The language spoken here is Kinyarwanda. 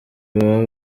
baba